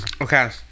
Okay